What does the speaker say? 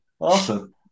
Awesome